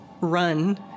run